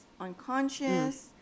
unconscious